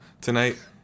tonight